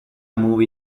move